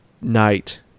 night